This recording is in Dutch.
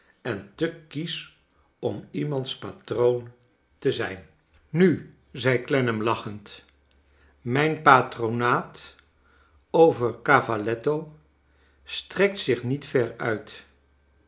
en te kiesch om iemands patroon te zijn kleine doeeit fr i nu zei clennam lachend mijn patronaat over cavalletto strekt zich niet ver uit